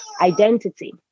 identity